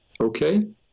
Okay